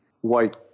white